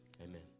amen